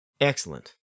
Excellent